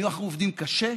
אנחנו עובדים קשה,